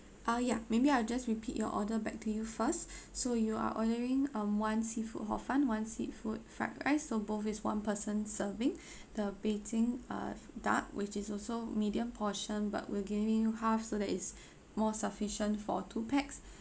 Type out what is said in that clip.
uh ya maybe I'll just repeat your order back to you first so you are ordering um one seafood hor fun one seafood fried rice so both is one person serving the beijing uh duck which is also medium portion but we're giving you half so that it's more sufficient for two pax